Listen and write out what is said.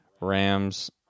Rams